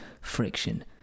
friction